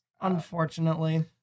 Unfortunately